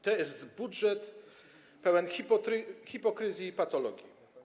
To jest budżet pełen hipokryzji i patologii.